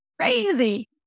Crazy